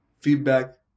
Feedback